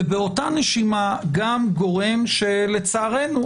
ובאותה נשימה גם גורם שלצערנו,